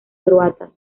croatas